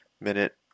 minute